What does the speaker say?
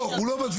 לא, הוא לא מצביע.